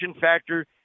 factor